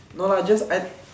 no lah just I